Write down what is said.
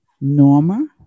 Norma